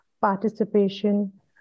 participation